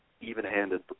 even-handed